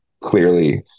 clearly